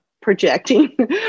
projecting